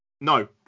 No